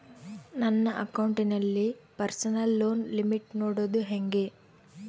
ನನ್ನ ಅಕೌಂಟಿನಲ್ಲಿ personal loan limit ನೋಡದು ಹೆಂಗೆ?